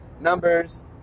numbers